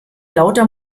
lauter